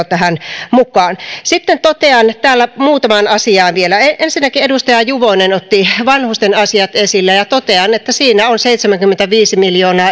tähän mukaan sitten totean täällä muutamaan asiaan vielä ensinnäkin edustaja juvonen otti vanhusten asiat esille totean että siinä on seitsemänkymmentäviisi miljoonaa